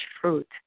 fruit